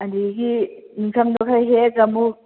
ꯑꯗꯒꯤ ꯏꯪꯊꯝꯗꯨ ꯈꯔ ꯍꯦꯛꯑꯒ ꯑꯃꯨꯛ